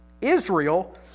Israel